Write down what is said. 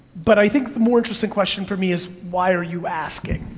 but i think the more interesting question for me is why are you asking?